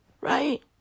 right